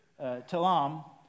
Talam